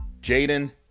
Jaden